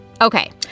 Okay